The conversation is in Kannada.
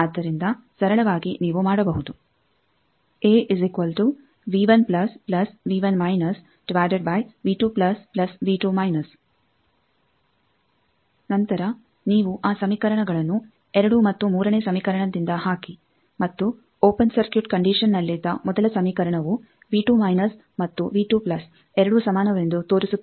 ಆದ್ದರಿಂದ ಸರಳವಾಗಿ ನೀವು ಮಾಡಬಹುದು ನಂತರ ನೀವು ಆ ಸಮೀಕರಣಗಳನ್ನು 2 ಮತ್ತು 3ನೇ ಸಮೀಕರಣದಿಂದ ಹಾಕಿ ಮತ್ತು ಓಪೆನ್ ಸರ್ಕ್ಯೂಟ್ ಕಂಡಿಷನ್ ನಲ್ಲಿದ್ದ ಮೊದಲ ಸಮೀಕರಣವು ಮತ್ತು ಎರಡೂ ಸಮಾನವೆಂದು ತೋರಿಸುತ್ತದೆ